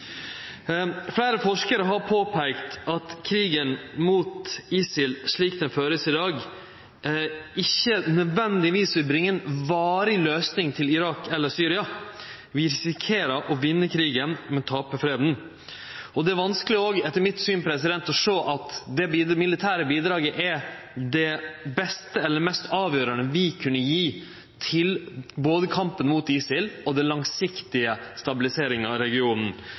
Fleire forskarar har påpeika at krigen mot ISIL slik han vert ført i dag, ikkje nødvendigvis vil bringe ei varig løysing til Irak eller Syria. Vi risikerer å vinne krigen, men tape freden. Det er etter mitt syn òg vanskeleg å sjå at det militære bidraget er det beste eller mest avgjerande vi kunne gje til både kampen mot ISIL og den langsiktige stabiliseringa av regionen.